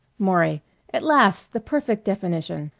maury at last the perfect definition!